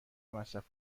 مصرف